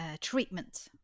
treatment